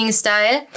style